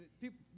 people